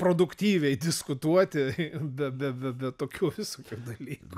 produktyviai diskutuoti be be be be tokių visokių dalykų